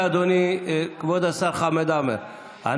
אנחנו